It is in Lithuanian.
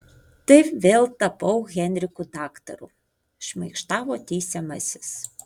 taip vėl tapau henriku daktaru šmaikštavo teisiamasis